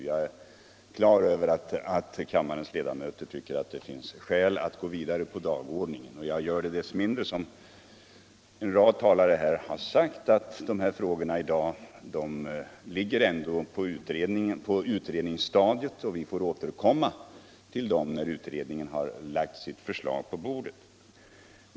Jag är på det klara med att kammarens ledamöter tycker att vi bör kunna gå vidare på dagordningen. En rad talare har ju också sagt att frågorna i dag ligger på utredningsstadiet och att vi får återkomma till dem när utredningens förslag ligger på bordet.